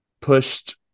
pushed